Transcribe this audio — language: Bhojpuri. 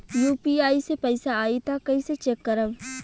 यू.पी.आई से पैसा आई त कइसे चेक करब?